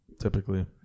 Typically